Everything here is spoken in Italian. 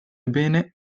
bene